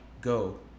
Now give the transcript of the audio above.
Go